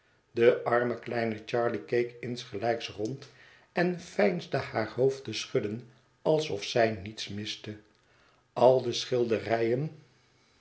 de arme kleine charley keek insgelijks rond en veinsde haar hoofd te schudden alsof zij niets miste al de schilderijen